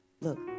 look